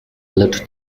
lecz